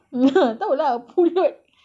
ah tahu lah pulut